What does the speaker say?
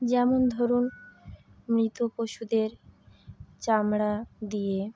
যেমন ধরুন মৃত্য পশুদের চামড়া দিয়ে